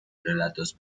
relatos